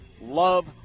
love